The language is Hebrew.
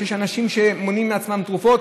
שיש אנשים שמונעים מעצמם תרופות,